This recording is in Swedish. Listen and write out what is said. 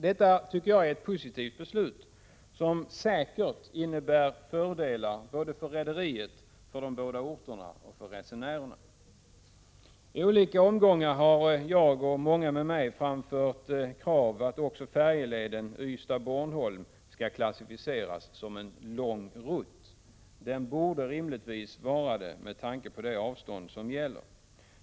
Detta tycker jag är ett positivt beslut som säkert innebär fördelar för både rederiet, de båda orterna och resenärerna. I olika omgångar har jag och många med mig framfört krav att också färjeleden Ystad-Bornholm skall klassificeras som en ”lång rutt”. Den borde rimligtvis klassificeras som en lång rutt med tanke på det avstånd som gäller.